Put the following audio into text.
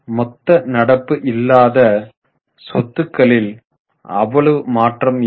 மொத்த நடப்பு இல்லாத சொத்துக்களில் அவ்வளவு மாற்றம் இல்லை